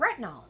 retinol